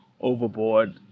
overboard